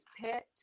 pet